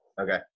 Okay